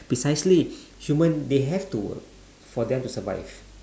precisely humans they have to work for humans to survive